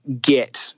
get